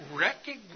recognize